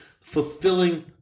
fulfilling